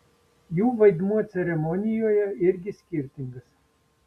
jų vaidmuo ceremonijoje irgi skirtingas